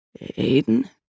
Aiden